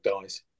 dies